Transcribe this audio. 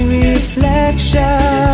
reflection